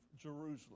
Jerusalem